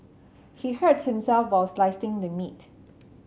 he hurt himself while slicing the meat